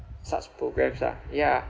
such programmes lah ya